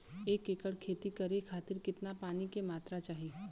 एक एकड़ खेती करे खातिर कितना पानी के मात्रा चाही?